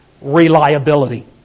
reliability